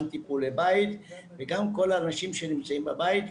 גם טיפולי בית וגם כל האנשים שנמצאים בבית.